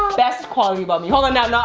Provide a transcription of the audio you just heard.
best quality about me. hold on now,